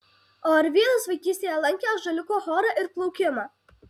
o arvydas vaikystėje lankė ąžuoliuko chorą ir plaukimą